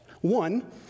One